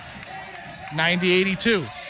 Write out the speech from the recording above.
90-82